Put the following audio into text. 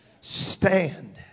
Stand